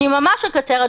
אני ממש אקצר,